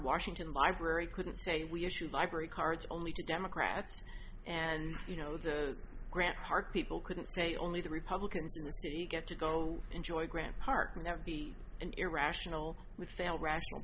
washington library couldn't say we issued library cards only to democrats and you know the grant park people couldn't say only the republicans in the city get to go enjoy grant park never be an irrational we fail rational